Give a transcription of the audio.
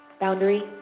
Boundary